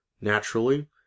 Naturally